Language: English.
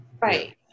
Right